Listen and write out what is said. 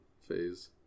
phase